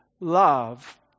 love